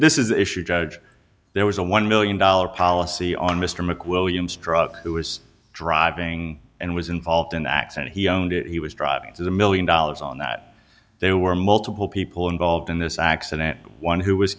this is issue judge there was a one million dollars policy on mr mcwilliams truck who was driving and was involved in x and he owned it he was driving to the one million dollars on that there were multiple people involved in this accident one who was